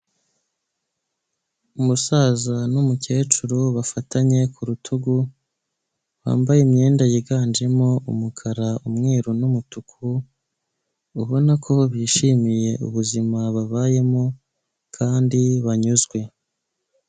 Umusaza n'umukecuru bafatanye ku rutugu, bambaye imyenda yiganjemo umukara, umweru, n'umutuku ubona ko bishimiye ubuzima babayemo kandi banyuzwe.